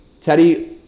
Teddy